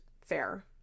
fair